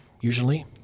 usually